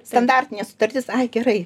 standartinė sutartis ai gerai